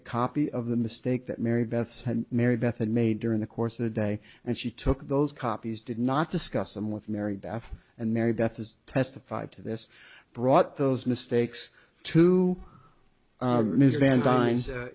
a copy of the mistake that mary beth's had mary beth had made during the course of the day and she took those copies did not discuss them with mary beth and mary beth as testified to this brought those mistakes to